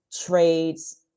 trades